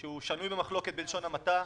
שהוא שנוי במחלוקת בלשון המעטה,